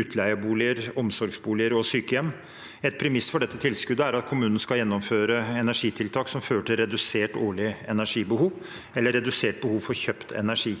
utleieboliger, omsorgsboliger og sykehjem. Et premiss for dette tilskuddet er at kommunene skal gjennomføre energitiltak som fører til redusert årlig energibehov eller redusert behov for kjøpt energi.